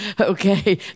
okay